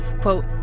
quote